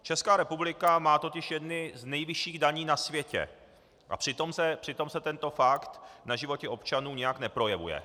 Česká republika má totiž jedny z nejvyšších daní na světě, a přitom se tento fakt na životě občanů nijak neprojevuje.